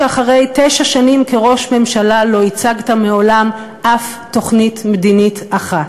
שאחרי תשע שנים כראש ממשלה לא הצגת מעולם אף תוכנית מדינית אחת,